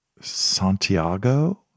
Santiago